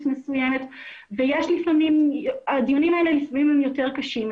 מסוימת ולפעמים הדיונים האלה יותר קשים.